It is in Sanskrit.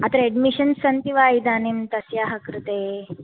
अत्र अड्मिशन् सन्ति वा इदानीं तस्याः कृते